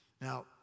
Now